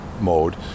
mode